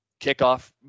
kickoff